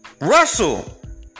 Russell